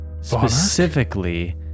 Specifically